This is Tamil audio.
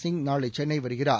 சிங் நாளைசென்னைவருகிறார்